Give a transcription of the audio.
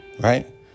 right